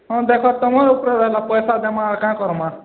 ହଁ ଦେଖ ତମର୍ ଉପରେ ରହିଲା ପଇସା ଦେମା ଆର୍ କାଁ କରମା